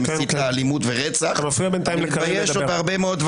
שמסית לאלימות ורצח -- אתה מפריע בינתיים לקארין לדבר.